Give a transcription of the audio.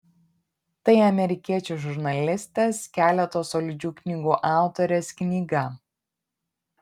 tai amerikiečių žurnalistės keleto solidžių knygų autorės knyga